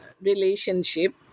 relationship